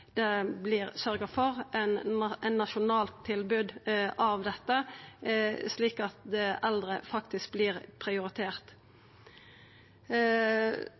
eit nasjonalt tilbod av dette, slik at eldre faktisk